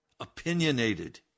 Opinionated